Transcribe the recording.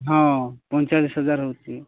ହଁ ପଇଁଚାଳିଶ ହଜାର ହେଉଛି